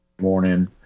morning